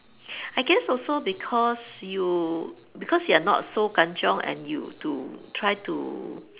I guess also because you because you're not so kan-chiong and you to try to